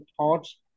thoughts